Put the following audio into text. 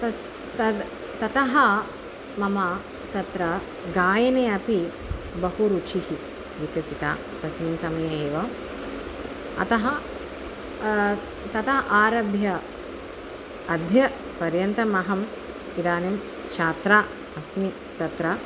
तस् तद् ततः मम तत्र गायने अपि बहु रुचिः विकसिता तस्मिन् समये एव अतः तदा आरभ्य अद्य पर्यन्तमहम् इदानीं छात्रा अस्मि तत्र